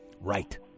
Right